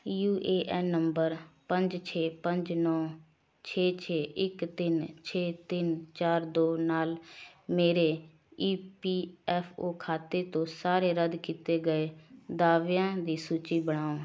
you A N number ਪੰਜ ਛੇ ਪੰਜ ਨੌ ਛੇ ਛੇ ਇੱਕ ਤਿੰਨ ਛੇ ਤਿੰਨ ਚਾਰ ਦੋ ਨਾਲ ਮੇਰੇ ਈ ਪੀ ਐੱਫ ਓ ਖਾਤੇ ਤੋਂ ਸਾਰੇ ਰੱਦ ਕੀਤੇ ਗਏ ਦਾਅਵਿਆਂ ਦੀ ਸੂਚੀ ਬਣਾਓ